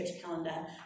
calendar